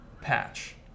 patch